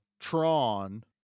tron